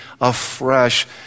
afresh